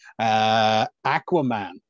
Aquaman